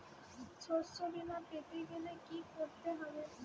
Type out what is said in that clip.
শষ্যবীমা পেতে গেলে কি করতে হবে?